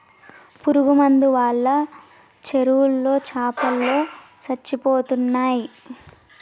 పురుగు మందు వాళ్ళ చెరువులో చాపలో సచ్చిపోతయ్